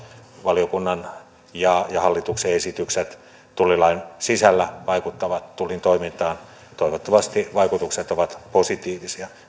valiokunnan ja hallituksen esitykset tullilain sisällä vaikuttavat tullin toimintaan toivottavasti vaikutukset ovat positiivisia niin kuin